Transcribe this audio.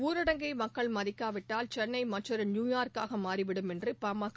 ஊரடங்கை மக்கள் மதிக்காவிட்டால் சென்னை மற்றொரு நியூயார்க்காக மாறிவிடும் என்று பாமக